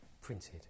printed